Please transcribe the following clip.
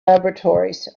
laboratories